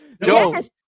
Yes